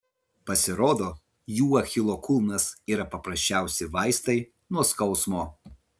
pasirodo jų achilo kulnas yra paprasčiausi vaistai nuo skausmo